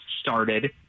started